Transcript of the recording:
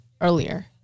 earlier